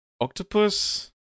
octopus